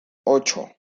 ocho